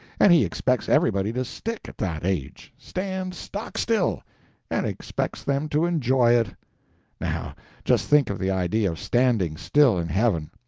and he expects everybody to stick at that age stand stock-still and expects them to enjoy it now just think of the idea of standing still in heaven!